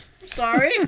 Sorry